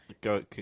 Go